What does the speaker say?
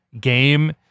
game